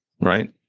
Right